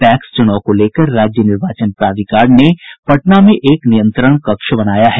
PACS चुनाव को लेकर राज्य निर्वाचन प्राधिकार ने पटना में एक नियंत्रण कक्ष बनाया है